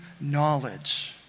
knowledge